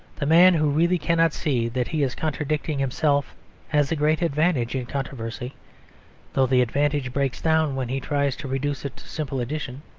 the man who really cannot see that he is contradicting himself has a great advantage in controversy though the advantage breaks down when he tries to reduce it to simple addition,